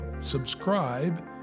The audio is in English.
subscribe